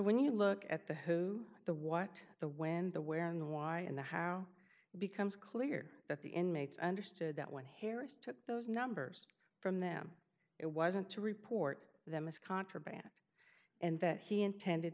when you look at the who the what the when the where and why and the how becomes clear that the inmates understood that when harris took those numbers from them it wasn't to report them as contraband and that he intended